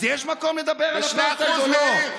אז יש מקום לדבר על אפרטהייד או לא?